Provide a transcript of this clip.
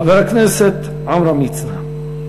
חבר הכנסת עמרם מצנע,